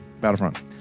Battlefront